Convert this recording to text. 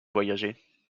voyager